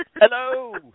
Hello